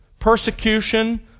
persecution